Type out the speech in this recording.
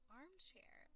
armchair